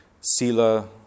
sila